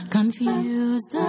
Confused